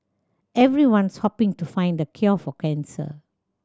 Everyone's hoping to find the cure for cancer